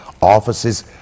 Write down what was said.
offices